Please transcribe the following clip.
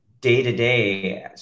day-to-day